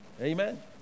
Amen